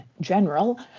general